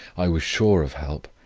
i was sure of help,